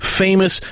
famous